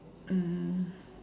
um